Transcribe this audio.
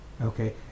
okay